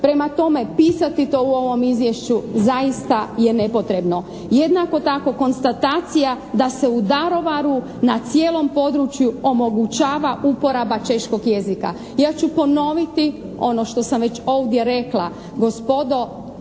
Prema tome, pisati to u ovom izvješću zaista je nepotrebno. Jednako tako konstatacija da se u Daruvaru na cijelom području omogućava uporaba češkog jezika. Ja ću ponoviti ono što sam već ovdje rekla, gospodo